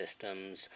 systems